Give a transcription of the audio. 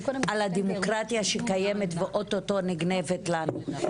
על הדמוקרטיה שקיימת ואוטוטו נגנבת לנו,